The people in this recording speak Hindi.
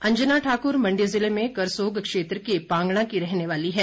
अंजना ठाकुर मंडी जिले में करसोग क्षेत्र के पांगणा की रहने वाली है